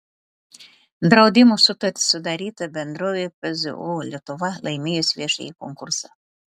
draudimo sutartis sudaryta bendrovei pzu lietuva laimėjus viešąjį konkursą